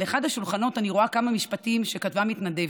על אחד השולחנות אני רואה כמה משפטים שכתבה מתנדבת.